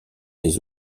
les